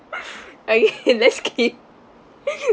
okay let's skip